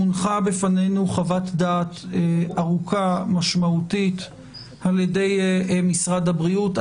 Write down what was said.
הונחה בפנינו חוות דעת ארוכה ומשמעותית על ידי משרד הבריאות.